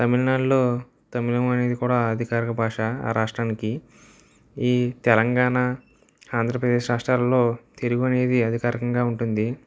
తమిళనాడులో తమిళం అనేది కూడా అధికారిక భాష ఆ రాష్ట్రానికి ఈ తెలంగాణ ఆంధ్రప్రదేశ్ రాష్ట్రాలలో తెలుగు అనేది అధికారికంగా ఉంటుంది